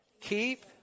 Keep